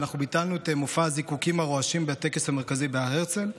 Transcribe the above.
ואנחנו ביטלנו את מופע הזיקוקים הרועשים בטקס המרכזי בהר הרצל.